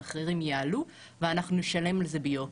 המחירים יעלו ואנחנו נשלם על זה ביוקר.